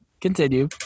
Continue